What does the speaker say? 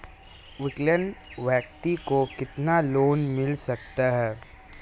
विकलांग व्यक्ति को कितना लोंन मिल सकता है?